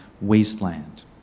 wasteland